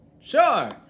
Sure